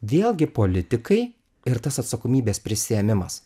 vėlgi politikai ir tas atsakomybės prisiėmimas